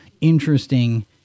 interesting